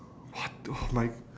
what the my